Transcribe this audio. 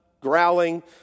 growling